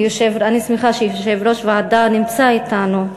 ואני שמחה שיושב-ראש הוועדה נמצא אתנו.